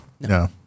No